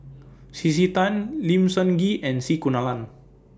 C C Tan Lim Sun Gee and C Kunalan